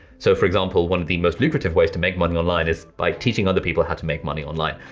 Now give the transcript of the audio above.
so for example, one of the most lucrative ways to make money online is by teaching other people how to make money online,